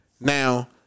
Now